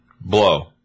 Blow